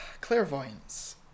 Clairvoyance